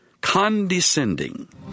Condescending